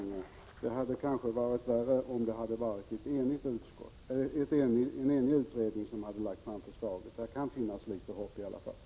Det hade kanske varit värre om en enig utredning hade lagt fram förslaget. Nu finns det måhända ett litet hopp om framgång.